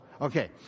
Okay